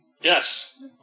Yes